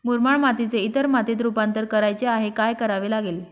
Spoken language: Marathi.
मुरमाड मातीचे इतर मातीत रुपांतर करायचे आहे, काय करावे लागेल?